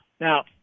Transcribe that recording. Now